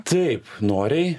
taip noriai